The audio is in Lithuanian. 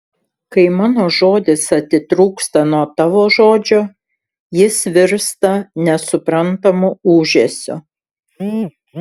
kai mano žodis atitrūksta nuo tavo žodžio jis virsta nesuprantamu ūžesiu